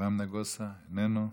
אברהם נגוסה, איננו,